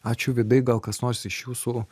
ačiū vydai gal kas nors iš jūsų